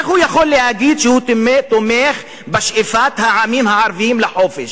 איך הוא יכול להגיד שהוא תומך בשאיפת העמים הערביים לחופש,